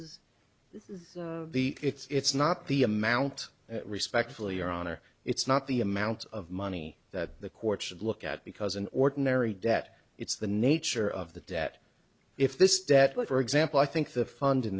dollars this is the the it's not the amount respectfully your honor it's not the amount of money that the court should look at because an ordinary debt it's the nature of the debt if this debt what for example i think the fund in